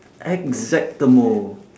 exactamo